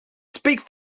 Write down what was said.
spreekt